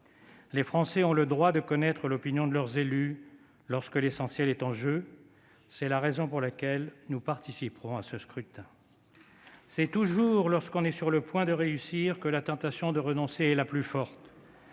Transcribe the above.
Les Français ont le droit de connaître l'opinion de leurs élus lorsque l'essentiel est en jeu. C'est la raison pour laquelle nous participerons à ce scrutin. C'est toujours lorsque l'on est sur le point de réussir que la tentation de renoncer est la plus forte